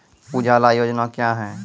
उजाला योजना क्या हैं?